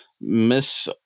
Miss